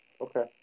okay